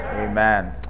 amen